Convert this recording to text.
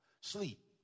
Sleep